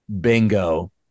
Bingo